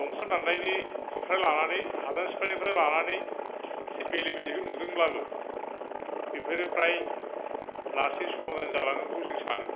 दंफां दाननायनिफ्राय लानानै हादान सिफायनायनिफ्राय लानानै एसे बेले बेजेखौ नुदोंब्लाबो बेफोरो फ्राय लासैनो समाधान जालांगोनखौ जों सानो